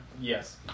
yes